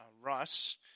Russ